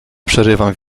przerywam